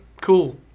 cool